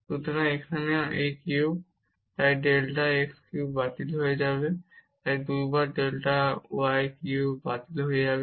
সুতরাং এখানেও এই কিউব তাই এই ডেল্টা এক্স কিউব বাতিল হয়ে যাবে 2 বার ডেল্টা y কিউব বাতিল হয়ে যাবে